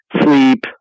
sleep